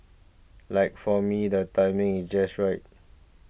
like for me the timing is just right